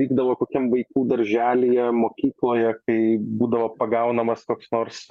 vykdavo kokiam vaikų darželyje mokykloje kai būdavo pagaunamas koks nors